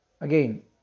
Again